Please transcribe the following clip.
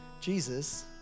Jesus